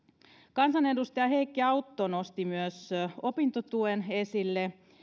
kansanedustaja heikki autto nosti myös opintotuen esille